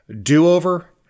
Do-over